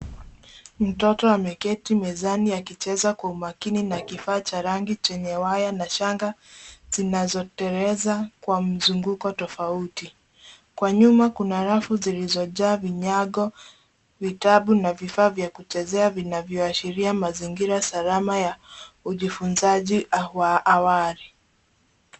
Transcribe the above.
Mtoto ameketi mezani akicheza kwa umakini na kifaa cha rangi chenye waya na shanga zinazoteleza kwa mzunguko tofauti. Kwa nyuma kuna rafu zilizojaa vinyago vitabu na vifaa vya kuchezea vinavyoashiria mazingira salama wa ujifunzaji wa awali.